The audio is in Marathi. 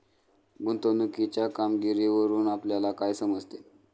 गुंतवणुकीच्या कामगिरीवरून आपल्याला काय समजते?